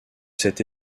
cet